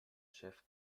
chef